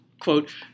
quote